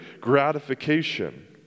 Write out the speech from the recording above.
gratification